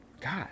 God